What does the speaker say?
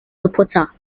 supporter